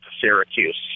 Syracuse